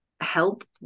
help